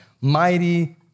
mighty